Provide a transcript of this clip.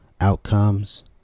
outcomes